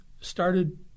started